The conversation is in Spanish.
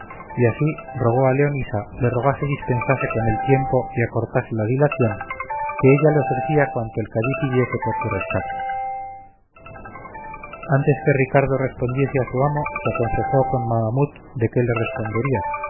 y así rogó a leonisa le rogase dispensase con el tiempo y acortase la dilación que ella le ofrecía cuanto el cadí pidiese por su rescate antes que ricardo respondiese a su amo se aconsejó con mahamut de qué le respondería